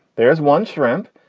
there's one shrimp.